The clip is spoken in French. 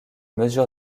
mesure